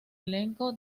elenco